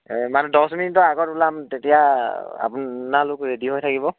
মানে দহ মিনিটৰ আগত ওলাম তেতিয়া আপোনালোক ৰেডি হৈ থাকিব